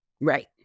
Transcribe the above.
Right